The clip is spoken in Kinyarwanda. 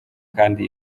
kandi